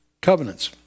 covenants